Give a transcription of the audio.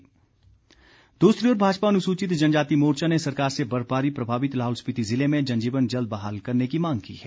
मांग दूसरी ओर भाजपा अनुसूचित जनजाति मोर्चा ने सरकार से बर्फबारी प्रभावित लाहौल स्पीति ज़िले में जनजीवन जल्द बहाल करने की मांग की है